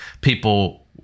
people